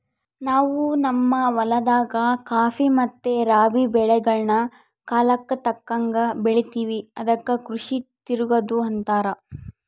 ನಾವು ನಮ್ಮ ಹೊಲದಾಗ ಖಾಫಿ ಮತ್ತೆ ರಾಬಿ ಬೆಳೆಗಳ್ನ ಕಾಲಕ್ಕತಕ್ಕಂಗ ಬೆಳಿತಿವಿ ಅದಕ್ಕ ಕೃಷಿ ತಿರಗದು ಅಂತಾರ